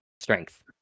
Strength